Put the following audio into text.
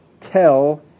tell